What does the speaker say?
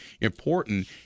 important